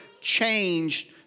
changed